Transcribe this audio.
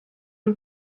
and